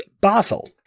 Basel